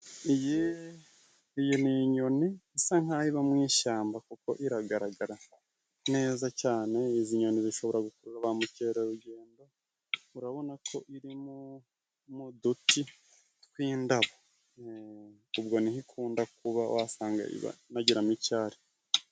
Iyi iyi ni inyoni isa nk'aho iba mu ishyamba kuko iragaragara neza cyane. Izi nyoni zishobora gukurura ba mukerarugendo, urabonako iri mu duti tw'indabo ubwo ni ho ikunda kuba wasanga inagiramo icyari.